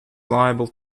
liable